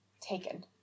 taken